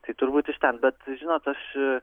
tai turbūt iš ten bet žinot aš